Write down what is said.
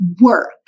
work